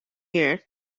here